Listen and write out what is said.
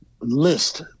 list